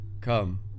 come